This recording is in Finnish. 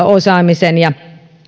osaamisen ja